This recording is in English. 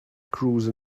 cruise